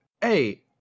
hey